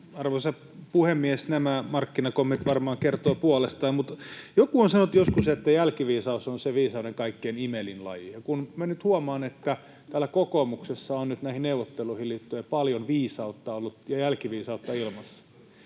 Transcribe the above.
Arvoisa puhemies! Nämä markkinakommentit varmaan kertovat puolestaan, mutta joku on sanonut joskus, että jälkiviisaus on se viisauden kaikkein imelin laji. Ja kun minä nyt huomaan, että täällä kokoomuksessa on nyt näihin neuvotteluihin liittyen paljon viisautta ollut, ja jälkiviisautta ilmassa,